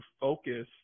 focus